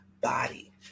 body